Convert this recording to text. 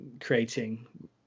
creating